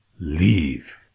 leave